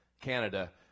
Canada